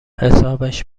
حسابش